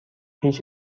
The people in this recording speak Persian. هیچ